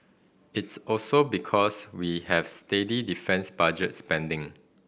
it's also because we have steady defence budget spending